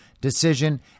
decision